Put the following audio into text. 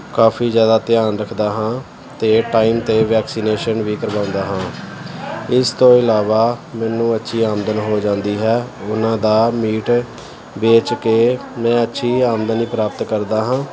ਕਾਫੀ ਜ਼ਿਆਦਾ ਧਿਆਨ ਰੱਖਦਾ ਹਾਂ ਅਤੇ ਟਾਈਮ 'ਤੇ ਵੈਕਸੀਨੇਸ਼ਨ ਵੀ ਕਰਵਾਉਂਦਾ ਹਾਂ ਇਸ ਤੋਂ ਇਲਾਵਾ ਮੈਨੂੰ ਅੱਛੀ ਆਮਦਨ ਹੋ ਜਾਂਦੀ ਹੈ ਉਹਨਾਂ ਦਾ ਮੀਟ ਵੇਚ ਕੇ ਮੈਂ ਅੱਛੀ ਆਮਦਨ ਪ੍ਰਾਪਤ ਕਰਦਾ ਹਾਂ